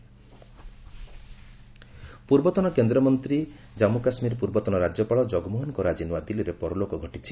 ଜଗମୋହନ death ପୂର୍ବତନ କେନ୍ଦ୍ରମନ୍ତ୍ରୀ ଓ କାଞ୍ଗୁକାଶ୍ମୀର ପୂର୍ବତନ ରାଜ୍ୟପାଳ ଜଗମୋହନଙ୍କର ଆଜି ନୂଆଦିଲ୍ଲୀରେ ପରଲୋକ ଘଟିଛି